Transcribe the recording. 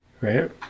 Right